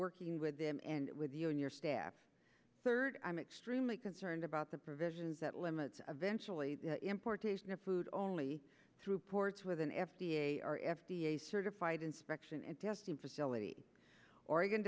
working with them and with you and your staff third i'm extremely concerned about the provisions that limits of eventually the importation of food only through ports with an f d a or f d a certified inspection and testing facility oregon